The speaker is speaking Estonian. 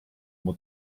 oma